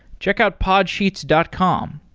check out podsheets dot com.